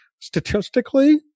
statistically